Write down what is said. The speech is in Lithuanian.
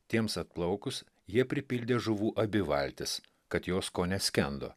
tiems atplaukus jie pripildė žuvų abi valtis kad jos kone skendo